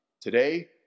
Today